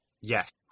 Yes